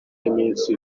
y’iminsi